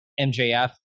MJF